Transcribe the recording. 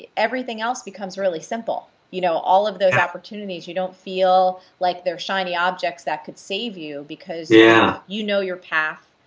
everything else becomes really simple. you know? all of those opportunities, you don't feel like they're shiny object that could save you because. yeah. you know your path,